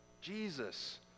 Jesus